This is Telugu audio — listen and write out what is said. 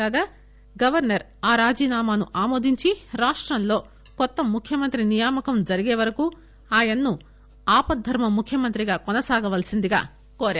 కాగా గవర్పర్ ఆ రాజీనామాను ఆమోదించి రాష్టంలో కొత్త ముఖ్యమంత్రి నియామకం జరిగే వరకు ఆయన్ను ఆపద్దర్మ ముఖ్యమంత్రిగా కొనసాగవల్పిందిగా కోరారు